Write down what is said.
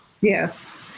yes